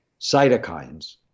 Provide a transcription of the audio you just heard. cytokines